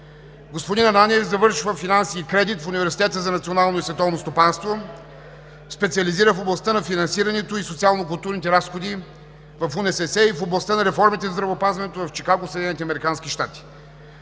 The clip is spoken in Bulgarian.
Господин Ананиев завършва „Финанси и кредит“ в Университета за национално и световно стопанство, специализира в областта на финансирането и социално-културните разходи в УНСС и в областта на реформите в здравеопазването в Чикаго, Съединените американски щати.